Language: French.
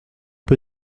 peu